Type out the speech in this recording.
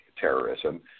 terrorism